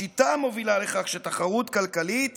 השיטה מובילה לכך שתחרות כלכלית